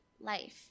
life